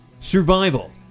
survival